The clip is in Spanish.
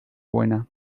buena